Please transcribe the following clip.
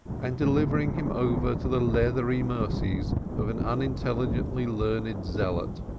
and delivering him over to the leathery mercies of an unintelligently learned zealot,